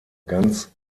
ganz